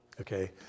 okay